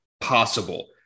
possible